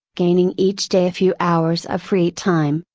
gaining each day a few hours of free time,